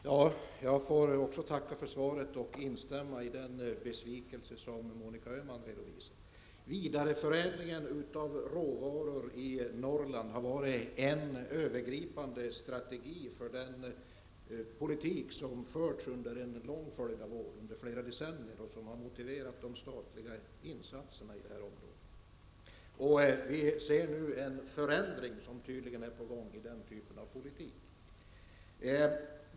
Herr talman! Jag får också tacka för svaret och instämma i den besvikelse som Monica Öhman redovisade. Vidareförädlingen av råvaror i Norrland har varit en övergripande strategi under en lång följd av år, under flera decennier, som har motiverat de statliga insatserna i detta område. Vi ser nu att en förändring tydligen är på gång.